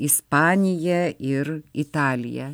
ispanija ir italija